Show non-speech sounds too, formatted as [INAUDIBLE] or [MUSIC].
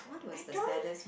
I don't [BREATH]